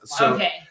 Okay